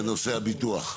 בנושא הביטוח.